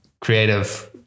creative